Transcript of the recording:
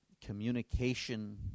communication